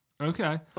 okay